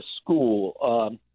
school